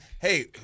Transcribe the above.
Hey